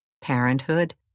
parenthood